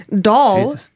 Doll